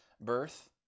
birth